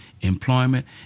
employment